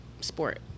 sport